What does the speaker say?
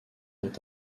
est